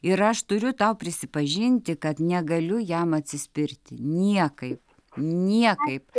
ir aš turiu tau prisipažinti kad negaliu jam atsispirti niekaip niekaip